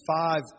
five